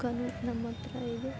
ದುಃಖವೂ ನಮ್ಮ ಹತ್ರ ಇದೆ